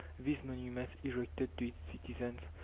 these monuments erected to its citizens,